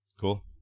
Cool